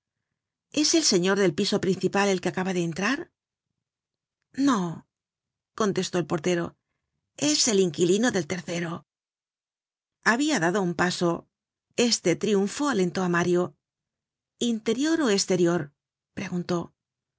es el señor del piso principal el que acaba de entrar no contestó el portero es el inquilino del tercero habia dado un paso este triunfo alentó á mario interior ó esterior preguntó